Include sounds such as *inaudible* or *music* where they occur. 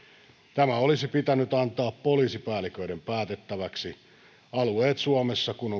tämä olisi pitänyt antaa poliisipäälliköiden päätettäväksi alueet suomessa kun *unintelligible*